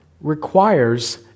requires